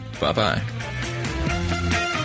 Bye-bye